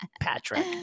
Patrick